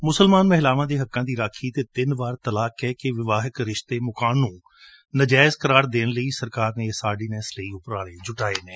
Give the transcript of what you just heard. ਮੁਸਲਮਾਨ ਮਹਿਲਾਵਾਂ ਦੇ ਹੱਕਾਂ ਦੀ ਰਾਖੀ ਅਤੇ ਤਿੰਨ ਵਾਰ ਤਲਾਕ ਕਹਿਕੇ ਵਿਵਾਹਕ ਰਿਸ਼ਤੇ ਮੁਕਾਉਣ ਨੂੰ ਨਾਜਾਇਜ਼ ਕਰਾਰ ਦੇਣ ਲਈ ਸਰਕਾਰ ਨੇ ਇਸ ਆਰਡੀਨੈਂਸ ਲਈ ਉਪਰਾਲੇ ਕੀਤੇ ਨੇ